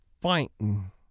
fighting